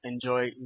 enjoy